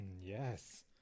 Yes